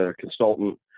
consultant